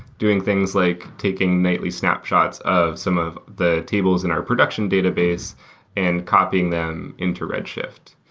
doing things like taking nightly snapshots of some of the tables in our production database and copying them into redshift.